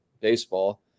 baseball